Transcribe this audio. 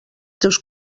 teus